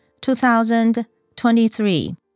2023